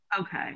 Okay